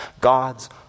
God's